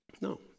No